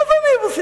מה זה "אני יבוסי"?